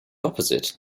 opposite